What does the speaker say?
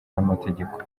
y’amategeko